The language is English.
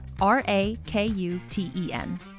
R-A-K-U-T-E-N